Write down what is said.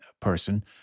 person